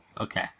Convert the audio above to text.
Okay